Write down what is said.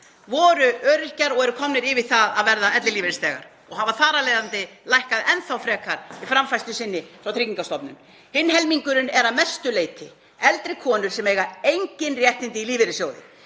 voru öryrkjar og eru komnir yfir það að verða ellilífeyrisþegar og hafa þar af leiðandi lækkað enn frekar í framfærslu sinni frá Tryggingastofnun. Hinn helmingurinn er að mestu leyti eldri konur sem eiga engin réttindi í lífeyrissjóði.